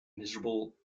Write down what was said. miserable